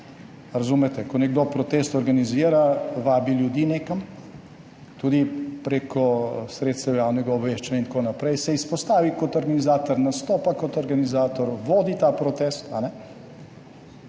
Razumete? Ko nekdo protest organizira, vabi ljudi nekam, tudi preko sredstev javnega obveščanja in tako naprej, se izpostavi kot organizator, nastopa kot organizator, vodi ta protest. To je